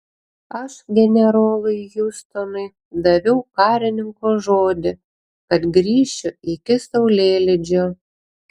aš generolui hiustonui daviau karininko žodį kad grįšiu iki saulėlydžio